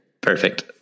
Perfect